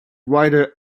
writer